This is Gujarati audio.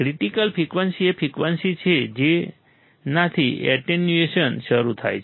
ક્રિટીકલ ફ્રિકવન્સી એ ફ્રિકવન્સી છે કે જેનાથી એટેન્યુએશન શરૂ થાય છે